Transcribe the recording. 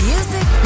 Music